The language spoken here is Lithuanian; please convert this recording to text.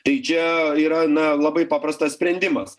tai čia yra na labai paprastas sprendimas